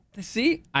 See